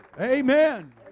Amen